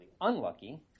unlucky